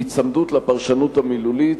היצמדות לפרשנות המילולית,